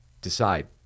decide